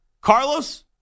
Carlos